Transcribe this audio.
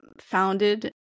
founded